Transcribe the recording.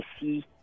see